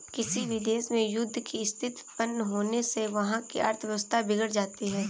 किसी भी देश में युद्ध की स्थिति उत्पन्न होने से वहाँ की अर्थव्यवस्था बिगड़ जाती है